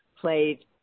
played